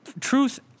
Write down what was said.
truth